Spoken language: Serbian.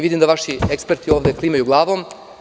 Vidim da vaši eksperti klimaju glavom.